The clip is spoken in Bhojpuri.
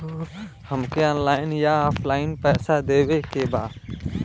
हमके ऑनलाइन या ऑफलाइन पैसा देवे के बा?